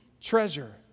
treasure